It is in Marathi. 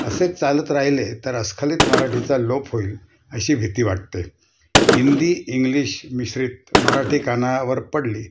असेच चालत राहिले तर अस्खलीत मराठीचा लोप होईल अशी भीती वाटते हिंदी इंग्लिश मिश्रित मराठी कानावर पडली